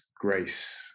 grace